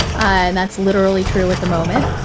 and that's literally true at the moment.